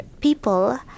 people